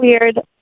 weird